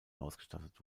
ausgestattet